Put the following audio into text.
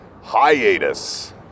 Hiatus